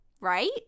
right